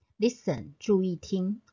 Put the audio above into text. Listen,注意听